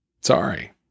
sorry